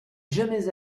jamais